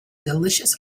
delicious